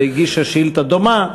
שהגישה שאילתה דומה,